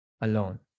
alone